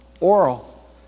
Oral